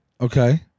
Okay